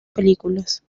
películas